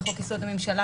לחוק-יסוד: הממשלה,